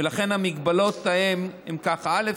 ולכן המגבלות הן ככה: א.